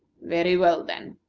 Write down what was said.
very well, then,